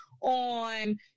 on